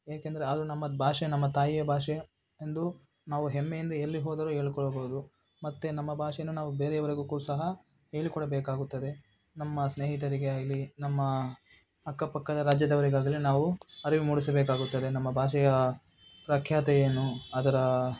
ಏಕೆಂದರೆ ಅದು ನಮ್ಮ ಭಾಷೆ ನಮ್ಮ ತಾಯಿಯ ಭಾಷೆ ಎಂದು ನಾವು ಹೆಮ್ಮೆಯಿಂದ ಎಲ್ಲಿ ಹೋದರು ಹೇಳಿಕೊಳ್ಳಬೋದು ಮತ್ತು ನಮ್ಮ ಭಾಷೆನ ನಾವು ಬೇರೆಯವರಿಗೂ ಕೂ ಸಹ ಹೇಳಿಕೊಡಬೇಕಾಗುತ್ತದೆ ನಮ್ಮ ಸ್ನೇಹಿತರಿಗೆ ಆಗಲಿ ನಮ್ಮ ಅಕ್ಕಪಕ್ಕದ ರಾಜ್ಯದವರಿಗಾಗಲಿ ನಾವು ಅರಿವು ಮೂಡಿಸಬೇಕಾಗುತ್ತದೆ ನಮ್ಮ ಭಾಷೆಯ ಪ್ರಖ್ಯಾತಿ ಏನು ಅದರ